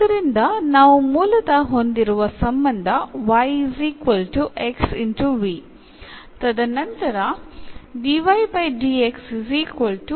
ഇവിടെ നമ്മൾ ഒരു പുതിയ വേരിയബിളായി എന്ന് എടുക്കുന്നു